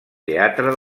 teatre